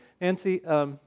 Nancy